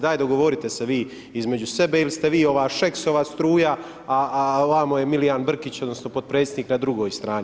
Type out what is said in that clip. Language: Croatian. Daj dogovorite se vi između sebe ili ste vi ova Šeksova struja, a ovamo je Milijan Brkić, odnosno potpredsjednik na drugoj strani.